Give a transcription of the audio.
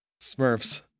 Smurfs